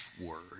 word